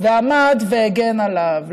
ועמד והגן עליו.